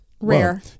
rare